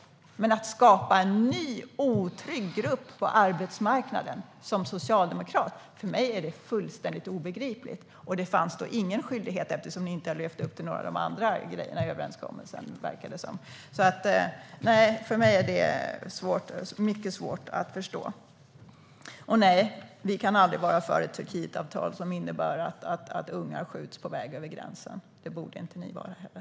Men att som socialdemokrat skapa en ny otrygg grupp på arbetsmarknaden är för mig fullständigt obegripligt. Och det fanns ingen skyldighet, eftersom ni inte tycks ha levt upp till några av de andra grejerna i överenskommelsen. För mig är det mycket svårt att förstå. Och, nej, vi kan aldrig vara för ett Turkietavtal som innebär att ungar skjuts på väg över gränsen. Det borde inte ni vara heller.